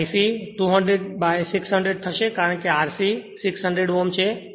અને I c 200 by 600 થશે કારણ કે R c 600 ઓહ્મ છે